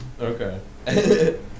Okay